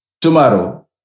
tomorrow